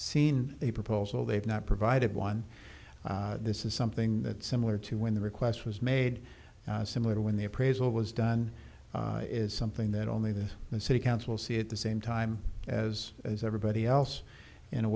seen a proposal they've not provided one this is something that's similar to when the request was made similar to when the appraisal was done is something that only the city council see at the same time as as everybody else in a